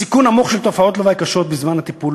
סיכוי נמוך לתופעות לוואי קשות בזמן הטיפול